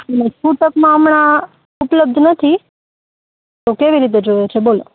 છૂટકમાં હમણાં ઉપલબ્ધ નથી તો કેવી રીતે જોઈએ છે બોલો